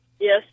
Yes